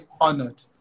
honored